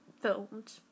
filmed